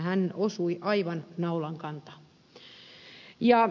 hän osui aivan naulan kantaan